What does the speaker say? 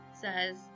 says